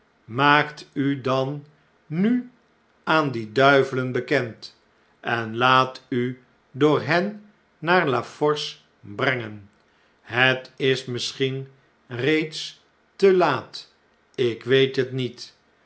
maak u dan nu aan die duivelen bekend en laat u door hen naar la force brengen het is misschien reeds te laat ik weet het niet